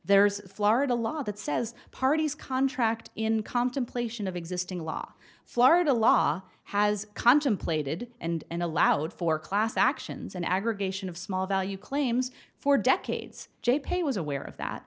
there is florida law that says parties contract in contemplation of existing law florida law has contemplated and allowed for class actions an aggregation of small value claims for decades j pay was aware of that